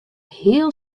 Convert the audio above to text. heel